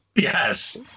Yes